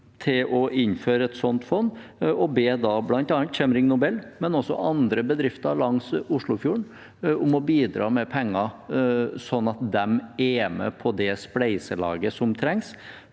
til å innføre et sånt fond og be Chemring Nobel, men også andre bedrifter langs Oslofjorden, om å bidra med penger sånn at de er med på det spleiselaget som trengs